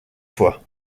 fois